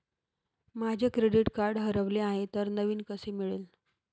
माझे credit card हरवले आहे तर नवीन कसे मिळेल?